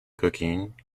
cooking